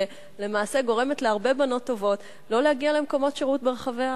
שלמעשה גורמת להרבה בנות טובות לא להגיע למקומות שירות ברחבי הארץ?